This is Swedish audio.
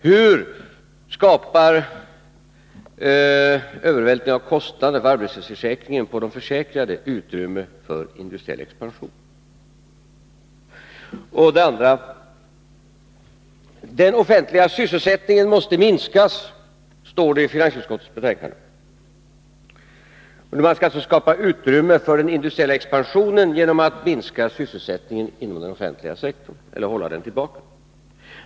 Hur skapar en övervältring av kostnaderna för arbetslöshetsförsäkringen på de försäkrade utrymme för den industriella expansionen? Det är det ena. Det andra: Den offentliga sysselsättningen måste minskas, står det i finansutskottets betänkande. Man skall alltså skapa utrymme för den industriella expansionen genom att minska sysselsättningen inom den offentliga sektorn eller hålla den tillbaka.